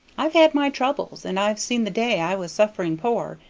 i've had my troubles, and i've seen the day i was suffering poor,